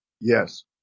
Yes